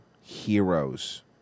Heroes